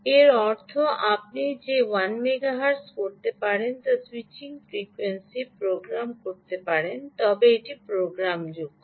এর অর্থ আপনি যে 1 মেগা হার্ট্জ করতে পারেন তা স্যুইচিং ফ্রিকোয়েন্সি প্রোগ্রাম করতে পারেন তবে এটি প্রোগ্রামযোগ্য